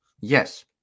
Yes